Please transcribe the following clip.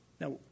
Now